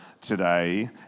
today